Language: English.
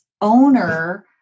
owner